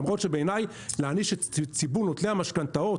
למרות שבעיניי להעניש את ציבור נוטלי המשכנתאות